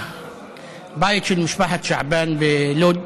הבית של משפחת שעבאן בלוד,